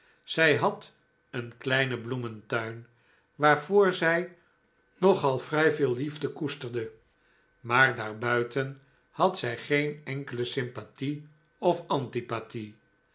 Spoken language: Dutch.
zij had een kleinen bloementuin waarvoor zij nogal vrij veel liefde koesterde maar daar buiten had zij geen enkele sympathie of